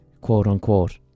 quote-unquote